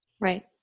Right